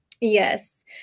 Yes